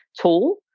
tool